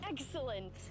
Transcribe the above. Excellent